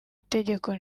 itegeko